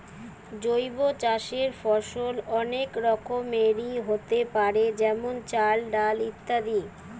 জৈব চাষের ফসল অনেক রকমেরই হোতে পারে যেমন চাল, ডাল ইত্যাদি